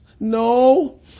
No